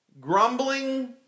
grumbling